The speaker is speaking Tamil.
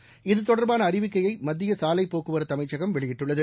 எர் இதுதொடர்பானஅறிவிக்கையைமத்தியசாலைப்போக்குவரத்துஅமைச்சகம் வெளியிட்டுள்ளது